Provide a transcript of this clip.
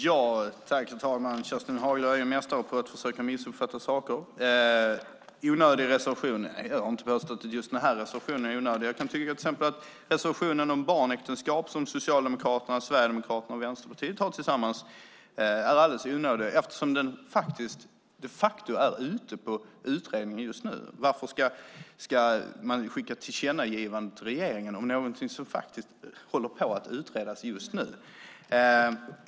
Herr talman! Kerstin Haglö är en mästare på att försöka missuppfatta saker. Onödig reservation - jag har inte påstått att just den här reservationen är onödig. Jag kan tycka att till exempel reservationen om barnäktenskap, som Socialdemokraterna, Sverigedemokraterna och Vänsterpartiet har tillsammans, är onödig, eftersom den frågan de facto är under utredning just nu. Varför ska man skicka ett tillkännagivande till regeringen om någonting som just nu håller på att utredas?